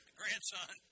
grandson